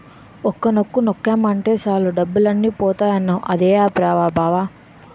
ఒక్క నొక్కు నొక్కేమటే సాలు డబ్బులన్నీ పోతాయన్నావ్ అదే ఆప్ రా బావా?